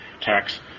tax